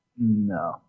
No